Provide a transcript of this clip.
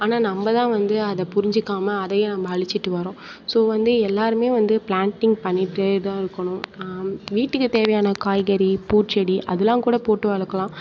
ஆனால் நம்ம தான் வந்து அதை புரிஞ்சுக்காம அதையே நம்ம அழிச்சுட்டு வர்றோம் ஸோ வந்து எல்லோருமே வந்து பிளான்ட்டிங் பண்ணிகிட்டே தான் இருக்கணும் வீட்டுக்கு தேவையான காய்கறி பூச்செடி அதலாம் கூட போட்டு வளர்க்கலாம்